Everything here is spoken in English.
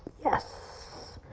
yes,